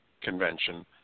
convention